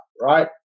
right